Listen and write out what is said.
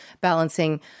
balancing